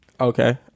Okay